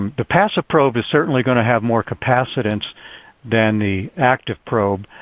um the passive probe is certainly going to have more capacitance than the active probe.